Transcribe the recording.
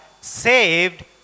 saved